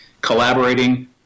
collaborating